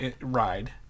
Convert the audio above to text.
ride